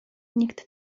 nikt